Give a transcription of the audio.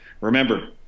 Remember